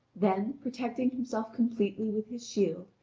then protecting himself completely with his shield,